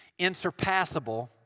insurpassable